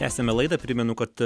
tęsiame laidą primenu kad